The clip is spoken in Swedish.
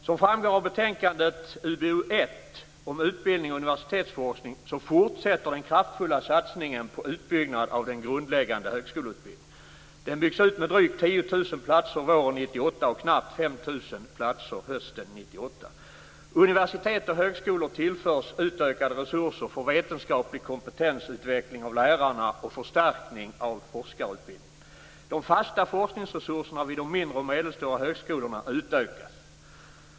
Som framgår av betänkandet UbU1 om utbildning och universitetsforskning fortsätter den kraftfulla satsningen på utbyggnad av den grundläggande högskoleutbildningen. Den byggs ut med drygt 10 000 platser våren 1998 och knappt De fasta forskningsresurserna vid de mindre och medelstora högskolorna utökas.